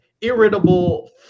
irritable